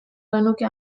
genuke